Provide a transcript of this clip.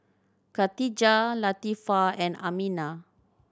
Katijah Latifa and Aminah